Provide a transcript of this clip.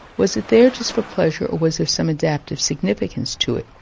was it there just for pleasure, or was there some adaptive significance to it?